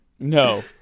No